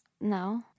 No